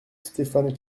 stéphane